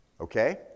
Okay